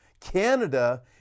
Canada